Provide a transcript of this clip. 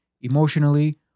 emotionally